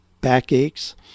backaches